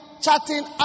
chatting